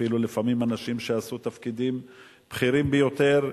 אפילו לפעמים אנשים שעשו תפקידים בכירים ביותר,